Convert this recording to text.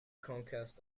conquest